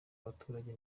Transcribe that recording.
abaturage